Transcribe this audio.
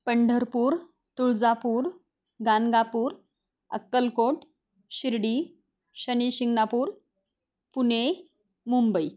Pandharpur Tuljapur Ganagapur Akkalkot Shirdi Shani Shingnapur Pune Mumbai